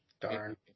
Darn